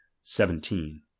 Seventeen